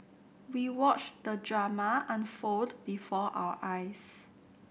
we watched the drama unfold before our eyes